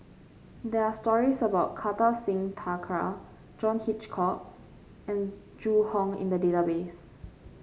there are stories about Kartar Singh Thakral John Hitchcock and Zhu Hong in the database